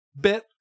bit